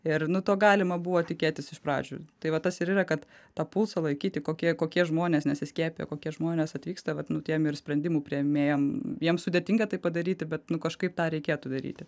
ir nu to galima buvo tikėtis iš pradžių tai va tas ir yra kad tą pulsą laikyti kokie kokie žmonės nesiskiepija kokie žmonės atvyksta vat nu tiem ir sprendimų priėmėjam jiems sudėtinga tai padaryti bet nu kažkaip tą reikėtų daryti